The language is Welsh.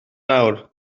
nawr